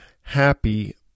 happy